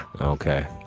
okay